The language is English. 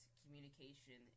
communication